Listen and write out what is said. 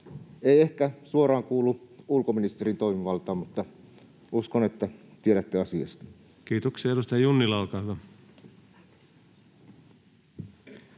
Ei ehkä suoraan kuulu ulkoministerin toimivaltaan, mutta uskon, että tiedätte asiasta. [Speech 57] Speaker: